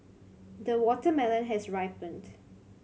the watermelon has ripened